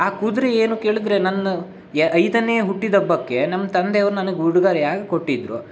ಆ ಕುದ್ರೆ ಏನು ಕೇಳಿದರೆ ನನ್ನ ಎ ಐದನೇ ಹುಟ್ಟಿದಬ್ಬಕ್ಕೆ ನಮ್ಮ ತಂದೆಯವ್ರು ನನಗೆ ಉಡುಗೊರೆಯಾಗಿ ಕೊಟ್ಟಿದ್ದರು